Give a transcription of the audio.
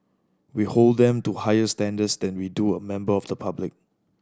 we hold them to higher standards than we do a member of public